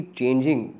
changing